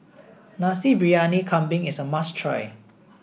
Nasi Briyani Kambing is a must try